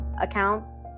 accounts